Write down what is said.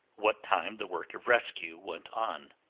what time the work of rescue went on.